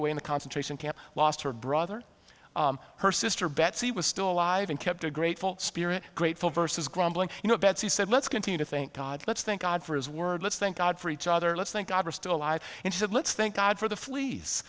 away in the concentration camp lost her brother her sister betsy was still alive and kept a grateful spirit grateful versus grumbling you know betsy said let's continue to think god let's think odd for his word let's thank god for each other let's thank god we're still alive and he said let's thank god for the fleas